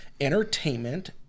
Entertainment